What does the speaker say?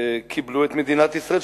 קיבלו את מדינת ישראל,